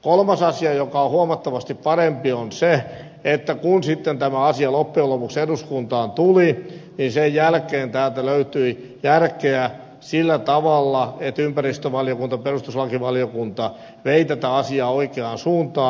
kolmas asia joka on huomattavasti parempi on se että kun tämä asia sitten loppujen lopuksi eduskuntaan tuli sen jälkeen täältä löytyi järkeä sillä tavalla että ympäristövaliokunta ja perustuslakivaliokunta veivät tätä asiaa oikeaan suuntaan